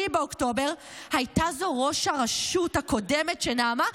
באוקטובר הייתה זו ראש הרשות הקודמת שנאמה,